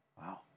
Wow